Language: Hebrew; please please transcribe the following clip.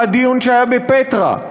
בדיון שהיה בפטרה.